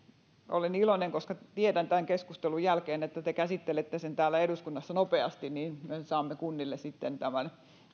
olen iloinen koska tiedän tämän keskustelun jälkeen että te käsittelette tämän täällä eduskunnassa nopeasti niin että me saamme kunnille sitten tämän